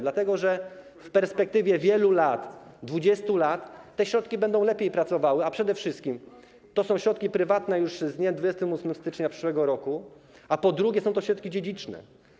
Dlatego że w perspektywie wielu lat, 20 lat, te środki będą lepiej pracowały, a przede wszystkim to są środki prywatne już z dniem 28 stycznia przyszłego roku, pod drugie, są to środki dziedziczne.